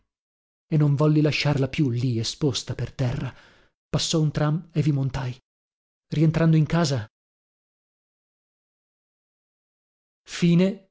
e non volli lasciarla più lì esposta per terra passò un tram e vi montai rientrando in casa